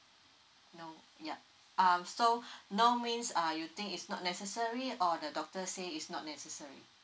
no yeah um so no means uh you think is not necessary or the doctor say it's not necessary